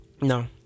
No